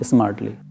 Smartly